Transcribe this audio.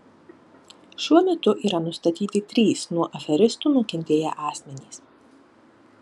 šiuo metu yra nustatyti trys nuo aferistų nukentėję asmenys